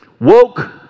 woke